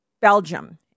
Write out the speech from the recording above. Belgium